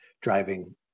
driving